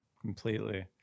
completely